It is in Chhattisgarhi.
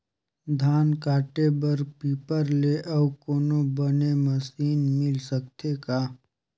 धान काटे बर रीपर ले अउ कोनो बने मशीन मिल सकथे का?